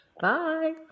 Bye